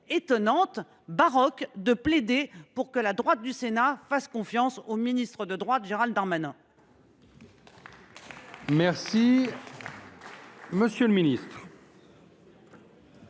pas dire baroque, de plaider pour que la droite sénatoriale fasse confiance au ministre de droite Gérald Darmanin.